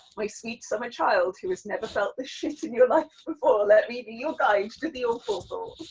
my sweet summer child who has never felt this shit in your life before, let me be you guide to the awful thoughts.